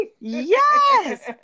Yes